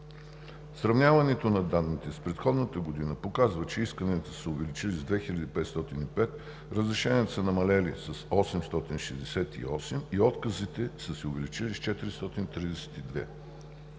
Сравняването на данните с предходната година показва, че исканията са се увеличили с 2505, разрешенията са се увеличили с 868 и отказите са се увеличили с 432.